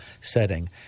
setting